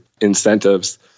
incentives